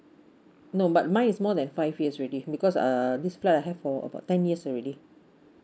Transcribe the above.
no but mine is more than five years already because err this flat I have for about ten years already